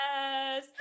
Yes